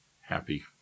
happy